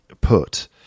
put